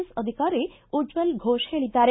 S ಅಧಿಕಾರಿ ಉಜ್ವಲ್ ಫೋಷ್ ಹೇಳಿದ್ದಾರೆ